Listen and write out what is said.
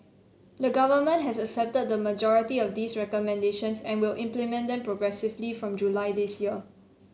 the Government has accepted the majority of these recommendations and will implement them progressively from July this year